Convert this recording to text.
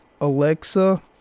Alexa